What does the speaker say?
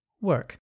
work